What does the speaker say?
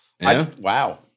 Wow